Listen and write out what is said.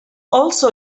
also